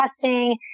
testing